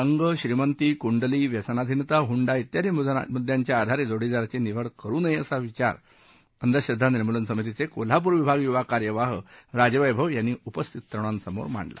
रंग श्रीमंती कुंडली व्यसनाधिनता हुंडा इत्यादी मुद्दयांच्या आधारे जोडीदाराची निवड करू कये असा विचार अंधश्रद्वा निर्मूलन समितीचे कोल्हापूर विभाग युवा कार्यवाह राजवैभव यांनी उपस्थित तरूणांसमोर मांडला